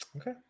Okay